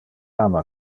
ama